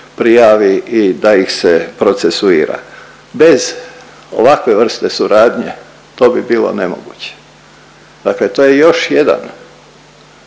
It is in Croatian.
prijavi i da ih se procesuira. Bez ovakve vrste suradnje to bi bilo nemoguće. Dakle to je još jedan